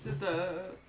the